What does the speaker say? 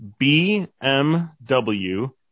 BMW